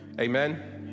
Amen